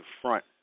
front